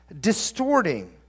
distorting